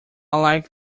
like